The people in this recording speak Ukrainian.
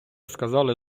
сказали